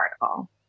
article